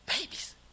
babies